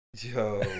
Yo